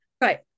right